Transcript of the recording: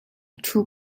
ṭhu